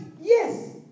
yes